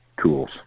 tools